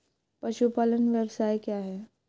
पशुपालन व्यवसाय क्या है?